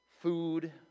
food